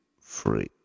free